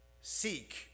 Seek